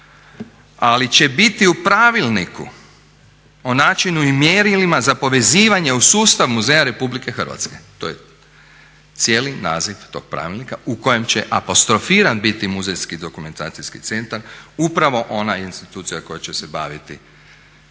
ali će biti u Pravilniku o načinu i mjerilima za povezivanje u sustav muzeja Republike Hrvatske. To je cijeli naziv tog pravilnika u kojem će apostrofiran biti Muzejski dokumentacijski centar, upravo ona institucija koja će se baviti tim